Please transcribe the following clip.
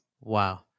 Wow